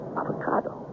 avocado